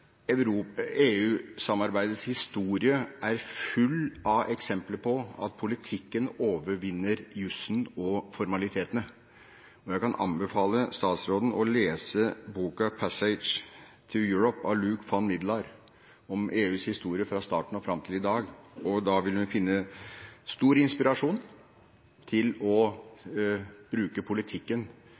historie er full av eksempler på at politikken overvinner jusen og formalitetene. Jeg kan anbefale statsråden å lese boka «The Passage to Europe» av Luuk Van Middelaar om EUs historie fra starten av og fram til i dag. Da vil hun finne stor inspirasjon til å bruke politikken